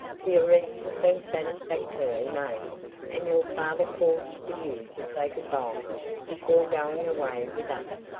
the arrest has been satisfactorily made and your father calls for you to say good-bye before going away with us.